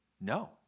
No